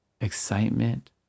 excitement